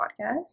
podcast